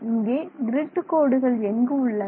இங்கே க்ரிட் கோடுகள் எங்கு உள்ளன